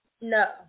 No